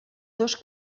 dos